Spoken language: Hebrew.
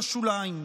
לשוליים.